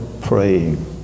praying